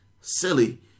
silly